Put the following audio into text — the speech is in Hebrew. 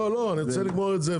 לא, לא, אני רוצה לגמור את זה.